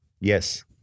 yes